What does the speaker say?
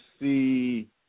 see